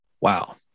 Wow